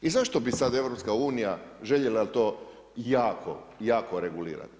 I zašto bi sada EU željela to jako, jako regulirati?